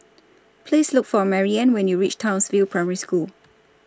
Please Look For Maryanne when YOU REACH Townsville Primary School